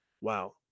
wow